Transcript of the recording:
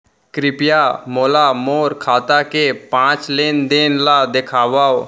कृपया मोला मोर खाता के पाँच लेन देन ला देखवाव